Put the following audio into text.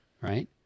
right